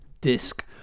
disc